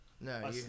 No